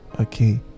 okay